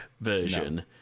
version